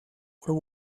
where